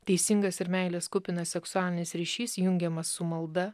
teisingas ir meilės kupinas seksualinis ryšys jungiamas su malda